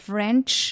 French